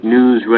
News